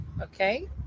okay